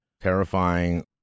terrifying